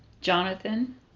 Jonathan